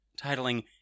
titling